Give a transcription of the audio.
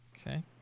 Okay